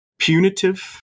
punitive